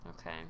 Okay